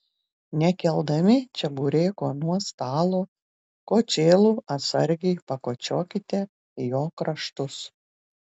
nekeldami čebureko nuo stalo kočėlu atsargiai pakočiokite jo kraštus